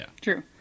True